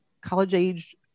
college-age